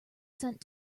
sent